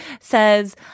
says